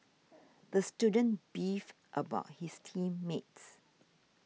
the student beefed about his team mates